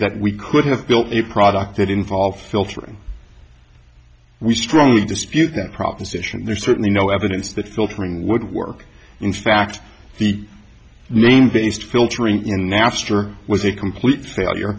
that we could have built a product that involved filtering we strongly dispute that proposition there's certainly no evidence that filtering would work in fact the name based filtering in napster was a complete failure